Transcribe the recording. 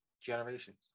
generations